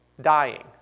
dying